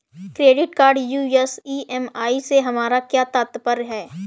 Credit card US EMI से हमारा क्या तात्पर्य है?